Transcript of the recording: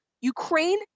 Ukraine